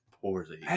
poorly